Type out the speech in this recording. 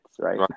Right